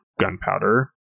gunpowder